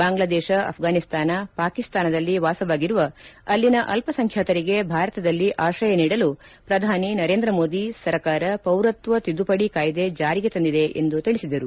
ಬಾಂಗ್ಲಾದೇಶ ಅಪಘಾನಿಸ್ತಾನ ಪಾಕಿಸ್ತಾನದಲ್ಲಿ ವಾಸವಾಗಿರುವ ಅಲ್ಲಿನ ಅಲ್ಪಸಂಖ್ಯಾತರಿಗೆ ಭಾರತದಲ್ಲಿ ಆತ್ರಯ ನೀಡಲು ಪ್ರಧಾನಿ ನರೇಂದ್ರ ಮೋದಿ ಸರಕಾರ ಪೌರತ್ವ ತಿದ್ದುಪಡಿ ಕಾಯ್ದೆ ಜಾರಿಗೆ ತಂದಿದೆ ಎಂದು ತಿಳಿಸಿದರು